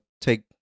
take